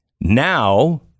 Now